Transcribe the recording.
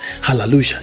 Hallelujah